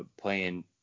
playing